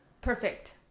Perfect